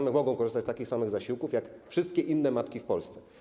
Mogą korzystać z takich samych zasiłków jak wszystkie inne matki w Polsce.